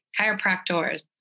chiropractors